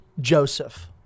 Joseph